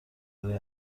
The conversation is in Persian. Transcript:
برای